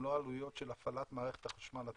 לא עלויות של הפעלת מערכת החשמל עצמה,